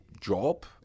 job